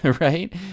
right